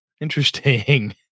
Interesting